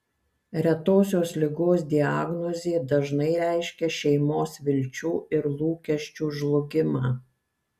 retosios ligos diagnozė dažnai reiškia šeimos vilčių ir lūkesčių žlugimą